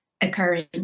occurring